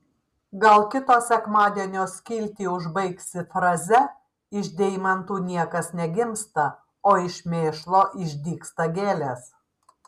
gal kito sekmadienio skiltį užbaigsi fraze iš deimantų niekas negimsta o iš mėšlo išdygsta gėlės